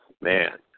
Man